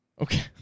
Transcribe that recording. Okay